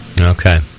Okay